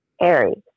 Aries